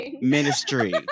ministry